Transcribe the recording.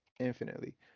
Infinitely